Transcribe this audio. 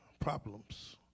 problems